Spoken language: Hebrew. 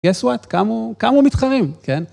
יס וואט, קמו, קמו מתחרים, כן?